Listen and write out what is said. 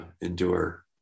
endure